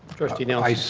trustee nielsen?